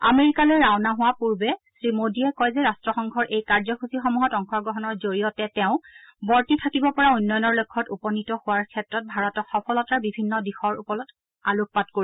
আমেৰিকালৈ ৰাওনা হোৱাৰ পূৰ্বে শ্ৰীমোডীয়ে কয় যে ৰাট্টসংঘৰ এই কাৰ্যসূচীসমূহত অংশগ্ৰহণৰ জৰিয়তে তেওঁ বৰ্তি থাকিব পৰা উন্নয়নৰ লক্ষ্যত উপনীত হোৱাৰ ক্ষেত্ৰত ভাৰতক সফলতাৰ বিভিন্ন দিশৰ ওপৰত আলোকপাত কৰিব